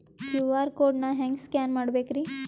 QR code ನಾ ಹೆಂಗ scan ಮಾಡಬೇಕ್ರಿ?